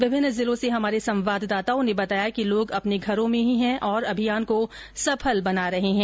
विभिन्न जिलों से हमारे संवाददाताओं ने बताया कि लोग अपने घरों में ही है और अभियान को सफल बना रहे है